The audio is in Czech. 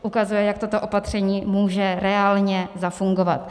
Ukazuje, jak toto opatření může reálně zafungovat.